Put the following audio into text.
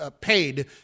paid